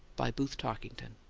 by booth tarkington